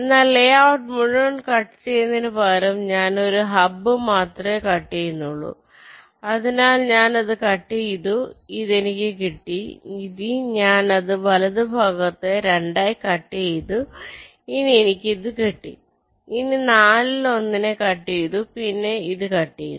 എന്നാൽ ലേഔട്ട് മുഴുവൻ കട്ട് ചെയ്യുന്നതിന് പകരം ഞാൻ രു ഒരു ഹബ്ബ് മാത്രമേ കട്ട് ചെയ്യുന്നുള്ളൂ അതിനാൽ ഞാൻ ഇത് കട്ട് ചെയ്തു ഇതു എനിക്ക് കിട്ടി ഇനി ഞാൻ ഞാൻ വലതു ഭാഗത്തിലെ രണ്ടായി കട്ട് ചെയ്തു എനിക്ക് കിട്ടി ഇനി നാലിൽ ഒന്നിനെകട്ട് ചെയ്തു പിന്നീട് ഇത് കട്ട് ചെയ്യുന്നു